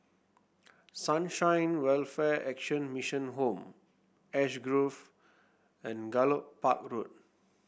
Sunshine Welfare Action Mission Home Ash Grove and Gallop Park Road